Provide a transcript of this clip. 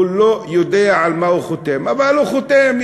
הוא לא יודע על מה הוא חותם, אבל הוא חותם.